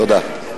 תודה.